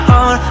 on